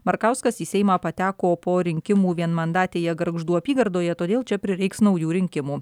markauskas į seimą pateko po rinkimų vienmandatėje gargždų apygardoje todėl čia prireiks naujų rinkimų